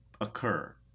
occur